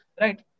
right